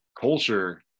culture